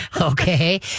Okay